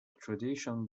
traditional